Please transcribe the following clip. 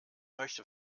möchte